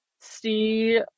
see